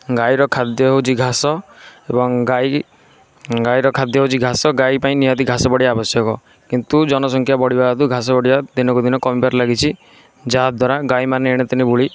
ଗାଈର ଖାଦ୍ୟ ହେଉଛି ଘାସ ଏବଂ ଗାଈ ଗାଈର ଖାଦ୍ୟ ହେଉଛି ଘାସ ଗାଈ ପାଇଁ ଘାସ ଆବଶ୍ୟକ କିନ୍ତୁ ଜନ ସଂଖ୍ୟା ବଢ଼ିବା ହେତୁ ଘାସ ବଢ଼ିବା ଦିନକୁ ଦିନ କମିବାରେ ଲାଗିଛି ଯାହା ଦ୍ୱାରା ଗାଈ ମାନେ ଏଣେତେଣେ ବୁଲି